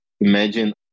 imagine